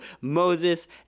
Moses